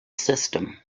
system